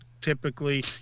typically